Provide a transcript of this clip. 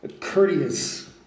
courteous